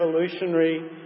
revolutionary